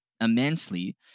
immensely